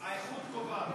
האיכות קובעת.